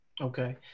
Okay